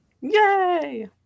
Yay